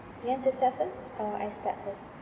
you want to start first or I start first